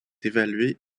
évaluée